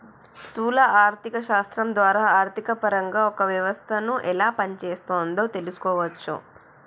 స్థూల ఆర్థిక శాస్త్రం ద్వారా ఆర్థికపరంగా ఒక వ్యవస్థను ఎలా పనిచేస్తోందో తెలుసుకోవచ్చు